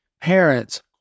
Parents